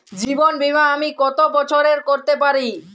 জীবন বীমা আমি কতো বছরের করতে পারি?